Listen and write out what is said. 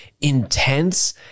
intense